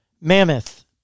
Mammoth